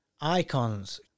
icons